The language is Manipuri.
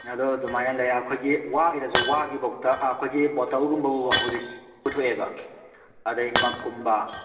ꯑꯗꯣ ꯑꯗꯨꯃꯥꯏꯅ ꯂꯩ ꯑꯩꯈꯣꯏꯒꯤ ꯋꯥꯒꯤꯗꯖꯨ ꯋꯥꯒꯤꯕꯣꯛꯇ ꯑꯩꯈꯣꯏꯒꯤ ꯕꯣꯇꯜꯒꯨꯝꯕ ꯍꯧꯖꯤꯛ ꯄꯨꯊꯣꯛꯑꯦꯕ ꯑꯗꯩ ꯃꯛꯀꯨꯝꯕ